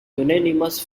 unanimous